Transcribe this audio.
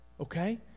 okay